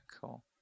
Cool